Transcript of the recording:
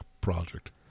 project